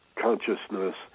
Consciousness